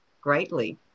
greatly